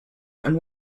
and